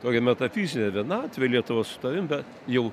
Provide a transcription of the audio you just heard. tokia metafizinė vienatvė lietuva su tavim bet jau